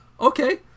Okay